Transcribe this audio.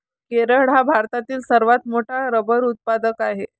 केरळ हा भारतातील सर्वात मोठा रबर उत्पादक आहे